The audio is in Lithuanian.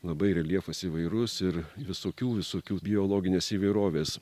labai reljefas įvairus ir visokių visokių biologinės įvairovės